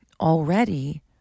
already